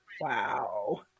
wow